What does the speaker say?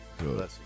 Good